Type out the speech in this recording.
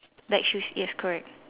black shoes yes correct